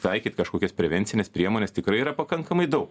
taikyt kažkokias prevencines priemones tikrai yra pakankamai daug